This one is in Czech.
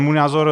Můj názor.